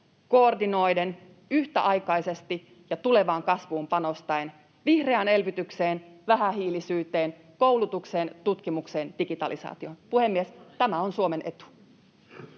koordinoiden, yhtäaikaisesti ja tulevaan kasvuun panostaen: vihreään elvytykseen, vähähiilisyyteen, koulutukseen, tutkimukseen, digitalisaatioon. Puhemies, tämä on Suomen etu.